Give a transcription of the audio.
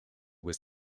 was